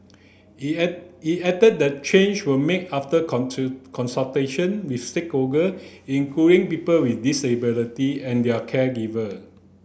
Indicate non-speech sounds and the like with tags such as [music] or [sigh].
it an it added that change were made after [unintelligible] consultation with stakeholder including people with disability and their caregiver